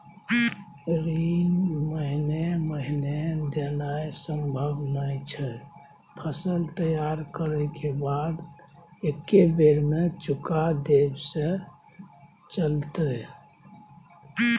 ऋण महीने महीने देनाय सम्भव नय छै, फसल तैयार करै के बाद एक्कै बेर में चुका देब से चलते?